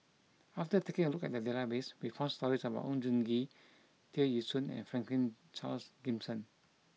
after taking a look at the database we found stories about Oon Jin Gee Tear Ee Soon and Franklin Charles Gimson